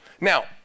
Now